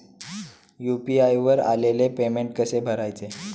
UPI वर आलेले payment कसे बघायचे?